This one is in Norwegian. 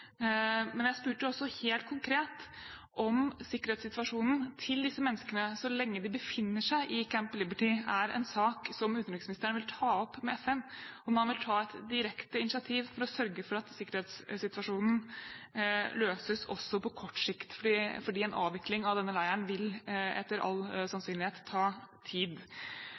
Men jeg spurte også helt konkret om sikkerhetssituasjonen til disse menneskene, så lenge de befinner seg i Camp Liberty, er en sak som utenriksministeren vil ta opp med FN – om han vil ta et direkte initiativ for å sørge for at sikkerhetssituasjonen løses også på kort sikt, fordi en avvikling av denne leiren etter all sannsynlighet vil ta tid.